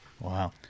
wow